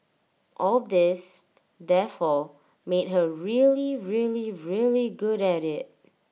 all this therefore made her really really really good at IT